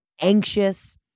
anxious